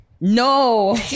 No